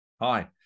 Hi